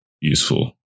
useful